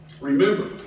Remember